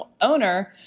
owner